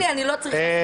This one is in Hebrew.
אני לא צריכה.